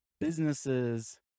businesses